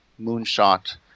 moonshot